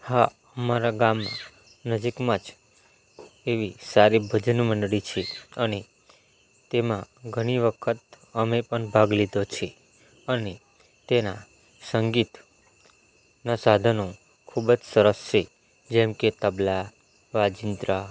હા અમારા ગામમાં નજીકમાં જ એવી સારી ભજન મંડળી છે અને તેમાં ઘણી વખત અમે પણ ભાગ લીધો છે અને તેના સંગીતના સાધનો ખૂબ જ સરસ સે જેમકે તબલા વાજીંત્રા